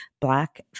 Black